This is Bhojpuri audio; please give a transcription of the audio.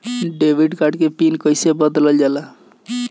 डेबिट कार्ड के पिन कईसे बदलल जाला?